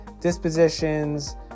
dispositions